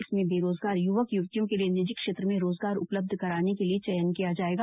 इसमें बेरोजगार युवक युवतियों के लिये निजी क्षेत्र में रोजगार उपलब्ध कराने के लिये चयन किया जायेगा